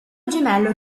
gemello